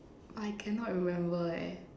I cannot remember leh